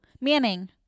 Manning